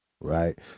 Right